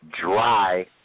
dry